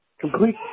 complete